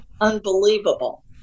unbelievable